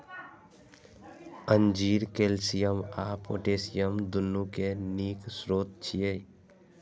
अंजीर कैल्शियम आ पोटेशियम, दुनू के नीक स्रोत छियै